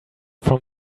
from